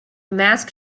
mask